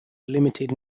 limited